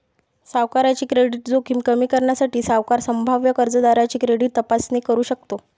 सावकाराची क्रेडिट जोखीम कमी करण्यासाठी, सावकार संभाव्य कर्जदाराची क्रेडिट तपासणी करू शकतो